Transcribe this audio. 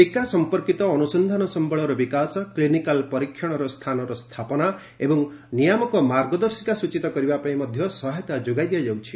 ଟୀକା ସମ୍ପନ୍ଧୀତ ଅନୁସନ୍ଧାନ ସମ୍ଭଳର ବିକାଶ କ୍ଲିନିକାଲ୍ ପରୀକ୍ଷଣ ସ୍ଥାନର ସ୍ଥାପନା ଏବଂ ନିୟାମକ ମାର୍ଗଦର୍ଶିକା ସୂଚୀତ କରିବା ପାଇଁ ମଧ୍ୟ ସହାୟତା ଯୋଗାଇ ଦିଆଯାଉଛି